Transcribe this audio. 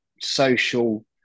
social